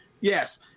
yes